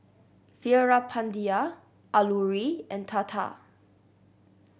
Veerapandiya Alluri and Tata